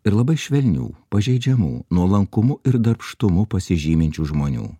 ir labai švelnių pažeidžiamų nuolankumu ir darbštumu pasižyminčių žmonių